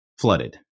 flooded